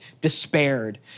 despaired